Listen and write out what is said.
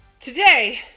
Today